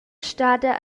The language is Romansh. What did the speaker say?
stada